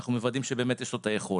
אנחנו מוודאים שבאמת יש לו את היכולת.